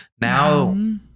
now